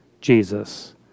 Jesus